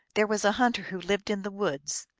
there was a hunter who lived in the woods.